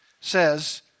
says